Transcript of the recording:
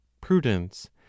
prudence